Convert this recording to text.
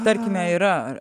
tarkime yra